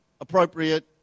appropriate